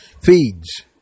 feeds